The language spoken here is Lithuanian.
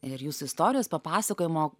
ir jūsų istorijos papasakojimo